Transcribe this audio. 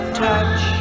touch